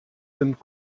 sind